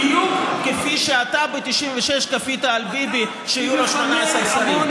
פיניתי את עמונה בדיוק כפי שאתה ב-1996 כפית על ביבי שיהיו לו 18 שרים.